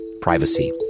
privacy